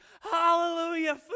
Hallelujah